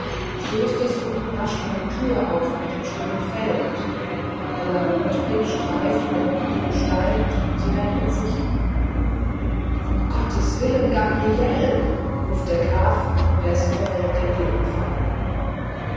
stößt es unten rasch eine tür auf nach dem stillen feld ein heller mondblick streift blendend die gestalt sie wendet sich um gottes willen gabriele ruft der graf und läßt verwirrt den degen fallen